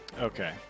okay